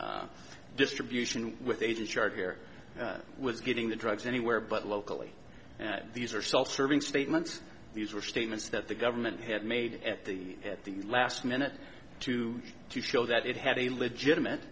own distribution with agent charge here was getting the drugs anywhere but locally these are self serving statements these were statements that the government had made at the at the last minute or two to show that it had a legitimate